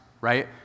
right